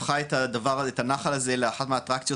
הפכה את הנחל הזה לאחת האטרקציות